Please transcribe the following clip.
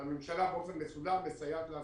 שהממשלה מסייעת באופן מסודר לעסקים,